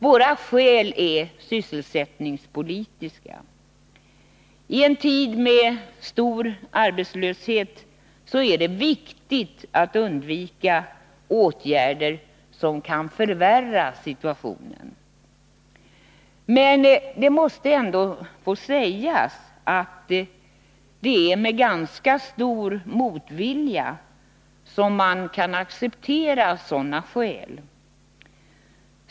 Våra skäl är sysselsättningspolitiska. I en tid med stor arbetslöshet är det viktigt att undvika åtgärder som kan förvärra situationen. Men det måste ändå få sägas att det är med ganska stor motvilja som man kan acceptera sådana skäl.